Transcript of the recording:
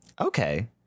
Okay